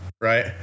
right